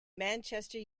manchester